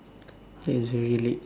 that's very late